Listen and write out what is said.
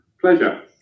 Pleasure